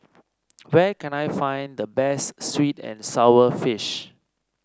where can I find the best sweet and sour fish